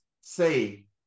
Say